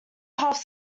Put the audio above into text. half